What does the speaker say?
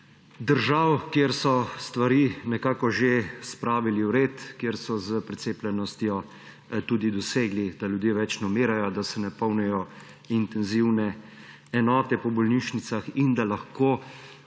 držav, kjer so stvari nekako že spravili v red, kjer so s precepljenostjo tudi dosegli, da ljudje več ne umirajo, da se ne polnijo intenzivne enote po bolnišnicah in da lahko